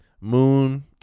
Moon